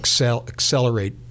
accelerate